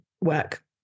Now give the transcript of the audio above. work